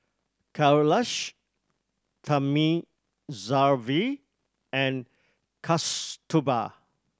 Kailash Thamizhavel and Kasturba